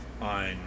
on